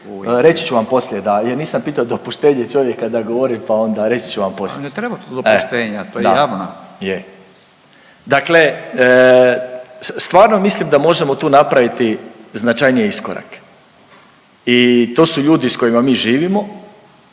Reći ću vam poslije, jer nisam pitao dopuštenje čovjeka da govori, pa onda reći ću vam poslije. …/Upadica Radin: Pa ne treba tu dopuštenja, to je javno./… Je. Dakle, stvarno mislim da možemo tu napraviti značajnije iskorake i to su ljudi sa kojima mi živimo,